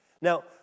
Now